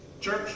Church